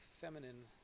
feminine